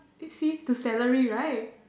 see to salary right